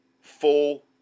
full